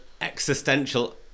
existential